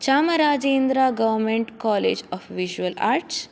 Chamarajendra government college of visual arts